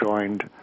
joined